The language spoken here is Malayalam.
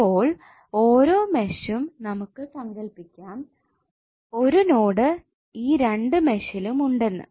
അപ്പോൾ ഓരോ മെഷും നമുക്ക് സങ്കൽപ്പിക്കാം ഒരു നോഡ് ഈ 2 മെഷിലും ഉണ്ടെന്ന്